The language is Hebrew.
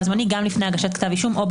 אני רוצה לומר לפרוטוקול שאנו מדברים כל הזמן